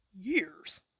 years